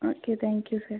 okay thank you sir